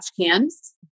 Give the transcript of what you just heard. cans